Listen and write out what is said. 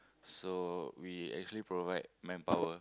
so we actually provide manpower